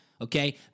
okay